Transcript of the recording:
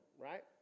right